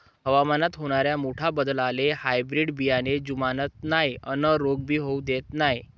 हवामानात होनाऱ्या मोठ्या बदलाले हायब्रीड बियाने जुमानत नाय अन रोग भी होऊ देत नाय